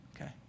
Okay